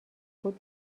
سکوت